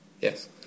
Yes